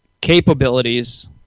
capabilities